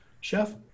Chef